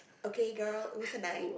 okay girl it was at night